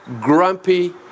grumpy